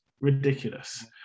ridiculous